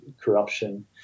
corruption